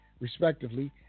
respectively